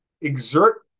exert